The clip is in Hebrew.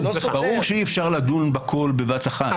ברור שאי-אפשר לדון בכל בבת אחת,